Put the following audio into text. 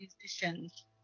musicians